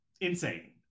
insane